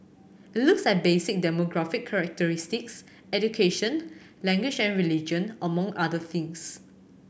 it looks at basic demographic characteristics education language and religion among other things